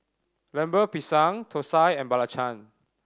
Lemper Pisang thosai and belacan